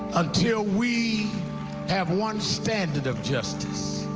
until we have one standard of justice.